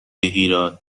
هیراد